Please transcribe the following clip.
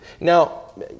Now